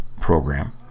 program